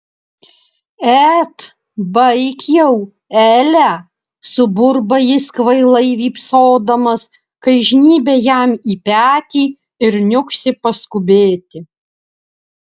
et baik jau ele suburba jis kvailai vypsodamas kai žnybia jam į petį ir niuksi paskubėti